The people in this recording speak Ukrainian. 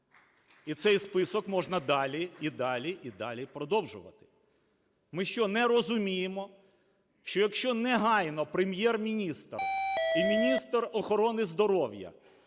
І цей список можна далі і далі, і далі продовжувати. Ми що, не розуміємо, що якщо негайно Прем'єр-міністр і міністр охорони здоров'я